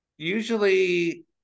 usually